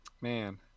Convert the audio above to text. man